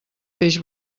peix